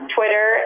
Twitter